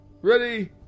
Ready